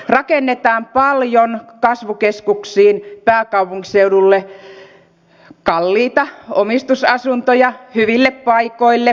rakennetaan paljon kasvukeskuksiin pääkaupunkiseudulle kalliita omistusasuntoja hyville paikoille